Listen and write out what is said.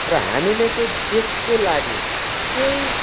र हामीले चाहिँ देशको लागि केही